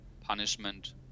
punishment